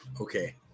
okay